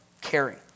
caring